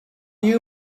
you